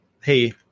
Hey